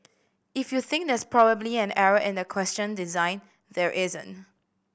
if you think there's probably an error in the question design there isn't